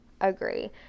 agree